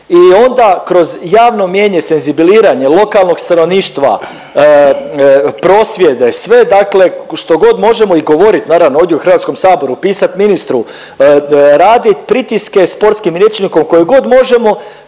i onda kroz javno mijenje i senzibiliranje lokalnog stanovništva, prosvjede, sve dakle što god možemo i govorit naravno ovdje u Hrvatskom saboru, pisat ministru, radit pritiske sportskim rječnikom koje god možemo